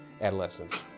adolescents